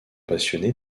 passionné